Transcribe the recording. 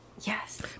Yes